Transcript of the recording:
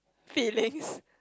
feelings